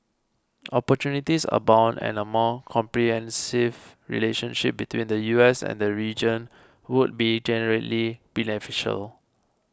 opportunities abound and a more comprehensive relationship between the U S and the region would be generally beneficial